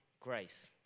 grace